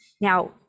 Now